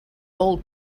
old